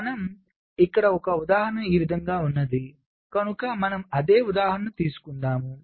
మనకు ఇక్కడ ఒక ఉదాహరణ ఈ విధముగా ఉన్నది కనుక మనము అదే ఉదాహరణ తీసుకుందాము